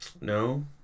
No